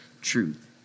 truth